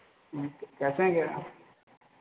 कैसे क्या